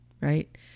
Right